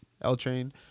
L-Train